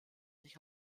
sich